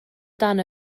dan